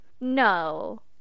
no